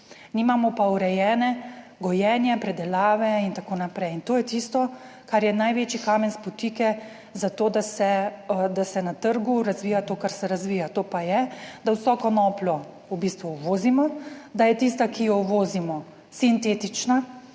nimamo pa urejene, gojenja, predelave in tako naprej in to je tisto, kar je največji kamen spotike za to, da se na trgu razvija to, kar se razvija, to pa je, da vso konopljo v bistvu uvozimo, da je tista, ki jo uvozimo sintetična,